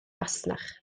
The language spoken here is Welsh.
fasnach